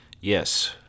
Yes